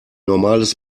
normales